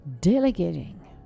delegating